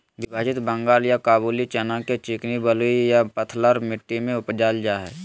विभाजित बंगाल या काबूली चना के चिकनी बलुई या बलथर मट्टी में उपजाल जाय हइ